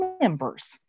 members